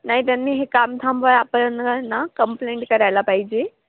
नाही त्यांनी हे काम थांबवायला आपण ना कम्प्लेंट करायला पाहिजे